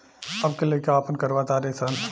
अब के लइका आपन करवा तारे सन